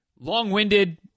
long-winded